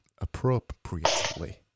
appropriately